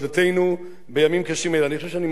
אני חושב שאני מעלה את החוק הזה פעם שלישית כבר.